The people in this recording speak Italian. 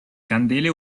candele